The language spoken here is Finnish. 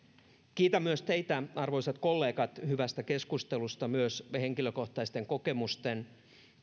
kiitän myös teitä arvoisat kollegat hyvästä keskustelusta ja myös henkilökohtaisten kokemusten